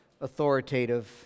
authoritative